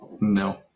no